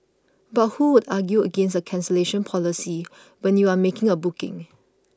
but who would argue against a cancellation policy when you are making a booking